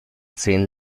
zehn